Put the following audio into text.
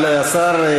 אבל השר,